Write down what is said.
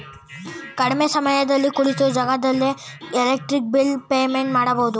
ಕಡಿಮೆ ಸಮಯದಲ್ಲಿ ಕುಳಿತ ಜಾಗದಲ್ಲೇ ಎಲೆಕ್ಟ್ರಿಕ್ ಬಿಲ್ ಪೇಮೆಂಟ್ ಮಾಡಬಹುದು